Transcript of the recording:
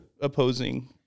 opposing